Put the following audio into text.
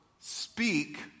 speak